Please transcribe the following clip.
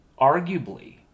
Arguably